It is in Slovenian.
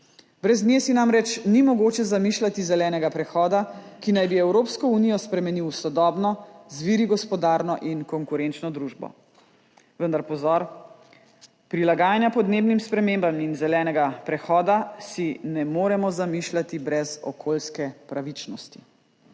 Brez nje si namreč ni mogoče zamišljati zelenega prehoda, ki naj bi Evropsko unijo spremenil v sodobno, z viri gospodarno in konkurenčno družbo. Vendar pozor, prilagajanja podnebnim spremembam in zelenega prehoda si ne moremo zamišljati brez okoljske pravičnosti.